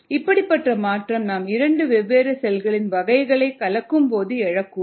இப்படிப்பட்ட மாற்றம் நாம் இரண்டு வெவ்வேறு செல்களின் வகைகளை கலக்கும்போது எழக்கூடும்